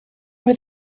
were